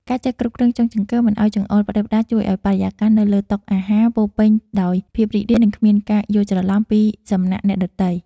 ការចេះគ្រប់គ្រងចុងចង្កឹះមិនឱ្យចង្អុលផ្តេសផ្តាសជួយឱ្យបរិយាកាសនៅលើតុអាហារពោរពេញដោយភាពរីករាយនិងគ្មានការយល់ច្រឡំពីសំណាក់អ្នកដទៃ។